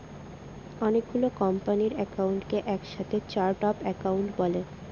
অনেকগুলো কোম্পানির একাউন্টকে এক সাথে চার্ট অফ একাউন্ট বলে